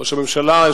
ראש הממשלה,